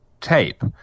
tape